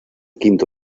quinto